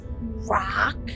rock